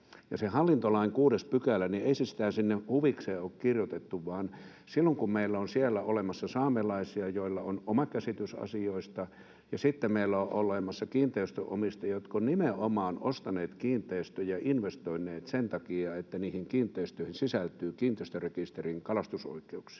hallintolain 6 §:ää sinne huvikseen ole kirjoitettu, vaan silloin kun meillä on siellä olemassa saamelaisia, joilla on oma käsitys asioista, ja sitten meillä on olemassa kiinteistönomistajia, jotka ovat nimenomaan ostaneet kiinteistön ja investoineet sen takia, että niihin kiinteistöihin sisältyy kiinteistörekisterin kalastusoikeuksia,